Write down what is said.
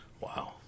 Wow